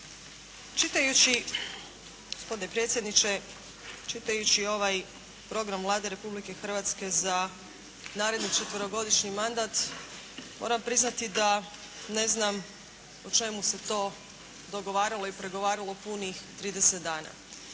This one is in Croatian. Čitajući gospodine predsjedniče, čitajući ovaj program Vlade Republike Hrvatske za naredni četverogodišnji mandat moram priznati ne znam o čemu se to dogovaralo i pregovaralo punih 30 dana.